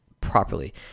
properly